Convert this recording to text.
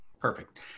Perfect